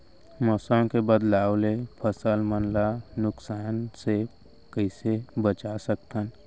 मौसम के बदलाव ले फसल मन ला नुकसान से कइसे बचा सकथन?